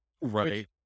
Right